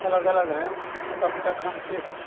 अलग अलग हैं कब तक हम किस